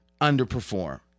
underperform